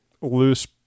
loose